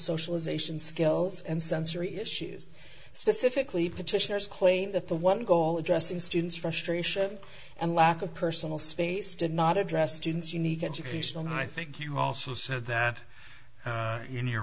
socialization skills and sensory issues specifically petitioners claimed that the one goal addressing students frustration and lack of personal space did not address students unique educational i think you also said that in you